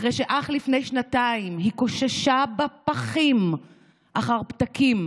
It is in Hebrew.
אחרי שאך לפני שנתיים היא קוששה בפחים אחר פתקים